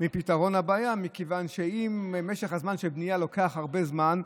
מפתרון הבעיה, מכיוון שאם הבנייה נמשכת הרבה זמן,